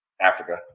Africa